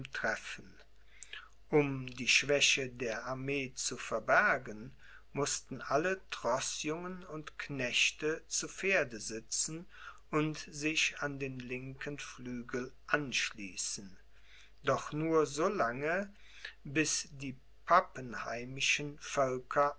treffen um die schwäche der armee zu verbergen mußten alle troßjungen und knechte zu pferde sitzen und sich an den linken flügel anschließen doch nur so lange bis die pappenheimischen